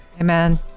Amen